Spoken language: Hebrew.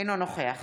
אינו נוכח